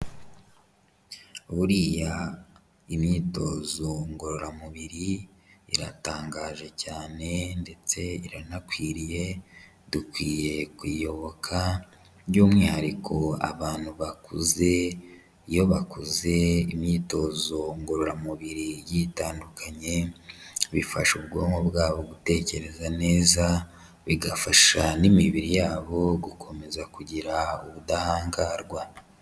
Buriya imyitozo ngororamubiri iratangaje cyane ndetse iranakwiriye, dukwiye kuyoboka by'umwihariko abantu bakuze, iyo bakoze imyitozo ngororamubiri igiye itandukanye, bifasha ubwonko bwabo gutekereza neza, bigafasha n'imibiri yabo gukomeza kugira ubudahangarwa.